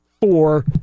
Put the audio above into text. four